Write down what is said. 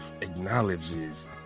acknowledges